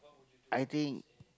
I think